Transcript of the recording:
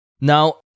Now